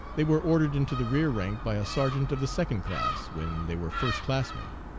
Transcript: they were ordered into the rear rank by a sergeant of the second class, when they were first classmen.